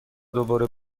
دوباره